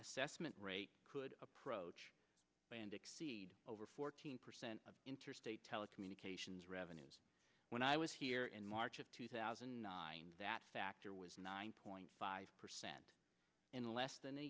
assessment rate could approach and exceed over fourteen percent of interstate telecommunications revenues when i was here in march of two thousand and nine that factor was nine point five percent in less than a